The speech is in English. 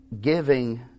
giving